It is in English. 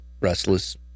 restless